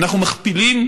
אנחנו מכפילים